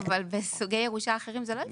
אבל בסוגי ירושה אחרים זה לא יפתור.